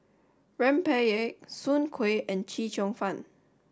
Rempeyek Soon Kueh and Chee Cheong Fun